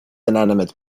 inanimate